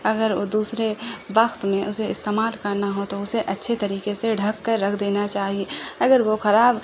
اگر وہ دوسرے بخت میں اسے استعمال کرنا ہو تو اسے اچھے طریقے سے ڈھنک کر رکھ دینا چاہیے اگر وہ خراب